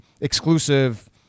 exclusive